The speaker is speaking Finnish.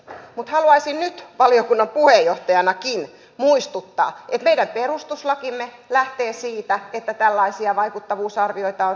mutta haluaisin nyt valiokunnan puheenjohtajanakin muistuttaa että meidän perustuslakimme lähtee siitä että tällaisia vaikuttavuusarvioita tehdään